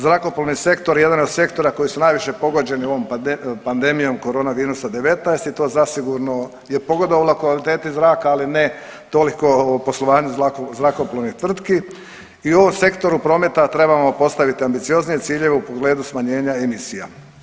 Zrakoplovni sektor jedan je od sektora koji su najviše pogođeni ovom pandemijom koronavirusa-19 i to zasigurno je pogodovalo kvaliteti zraka, ali ne toliko poslovanju zrakoplovnih tvrtki i u ovom sektoru prometa trebamo postaviti ambicioznije ciljeve u pogledu smanjenja emisija.